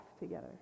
together